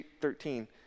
13